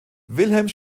wilhelms